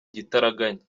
igitaraganya